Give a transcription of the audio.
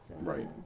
Right